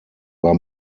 war